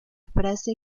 frase